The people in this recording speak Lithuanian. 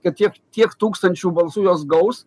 kad tiek tiek tūkstančių balsų jos gaus